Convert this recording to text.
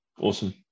Awesome